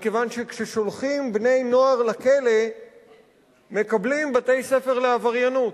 מכיוון שכששולחים בני-נוער לכלא מקבלים בתי-ספר לעבריינות.